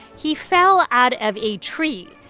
he fell out of a tree.